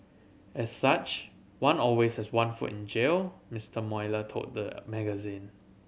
as such one always has one foot in jail Mister Mueller told the magazine